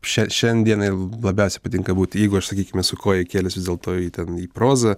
šia šiandienai labiausiai patinka būti jeigu aš sakykim esu koją įkėlęs vis dėlto į ten į prozą